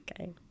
Okay